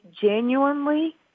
genuinely